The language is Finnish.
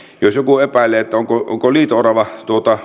jos joku epäilee onko liito orava